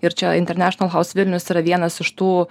ir čia international house vilnius yra vienas iš tų